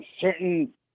certain